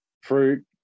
fruit